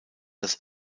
als